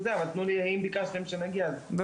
וזה